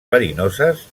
verinoses